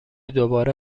دوباره